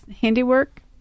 handiwork